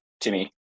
Timmy